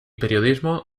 periodismo